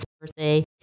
birthday